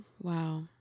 Wow